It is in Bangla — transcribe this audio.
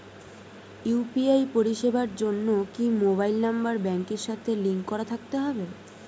ইউ.পি.আই পরিষেবার জন্য কি মোবাইল নাম্বার ব্যাংকের সাথে লিংক করা থাকতে হবে?